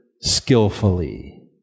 skillfully